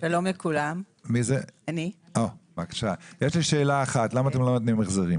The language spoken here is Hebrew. השני היה הגברת האטרקטיביות של העבודה במגזר הציבורי,